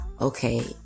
okay